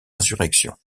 insurrection